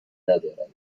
ندارد